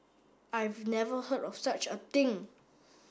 I've never heard of such a thing